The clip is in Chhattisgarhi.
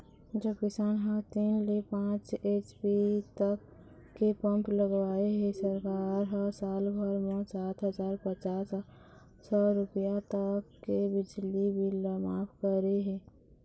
जेन किसान ह तीन ले पाँच एच.पी तक के पंप लगवाए हे सरकार ह साल भर म सात हजार पाँच सौ रूपिया तक के बिजली बिल ल मांफ करे हे